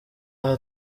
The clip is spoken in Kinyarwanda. aha